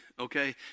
okay